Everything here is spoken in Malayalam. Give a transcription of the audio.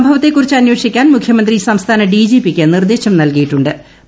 സംഭവത്തെ കുറിച്ച് അന്വേഷിക്കാൻ മുഖ്യമന്ത്രി സംസ്ഥാന ഡിജിപിക്ക് നിർദ്ദേശം നൽകിയിട്ടു ്